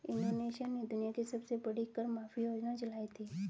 Indonesia ने दुनिया की सबसे बड़ी कर माफी योजना चलाई थी